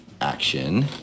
action